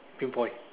pinpoint